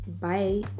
Bye